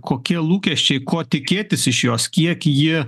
kokie lūkesčiai ko tikėtis iš jos kiek ji